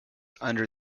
under